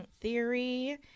theory